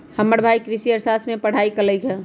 हमर भाई कृषि अर्थशास्त्र के पढ़ाई कल्कइ ह